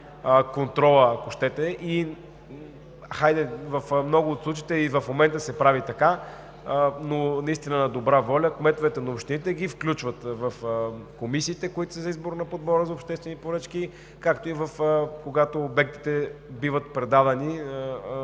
контрола. В момента в много от случаите се прави така, но наистина на добра воля – кметовете на общините ги включват в комисиите за избор на подбора за обществени поръчки, както и когато обектите биват предавани